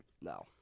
No